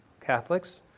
Catholics